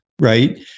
Right